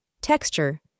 Texture